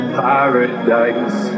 paradise